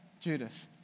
Judas